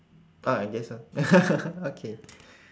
ah I guess so okay